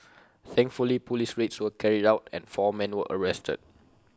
thankfully Police raids were carried out and four men were arrested